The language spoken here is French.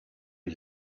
est